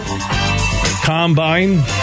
Combine